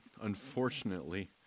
unfortunately